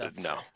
No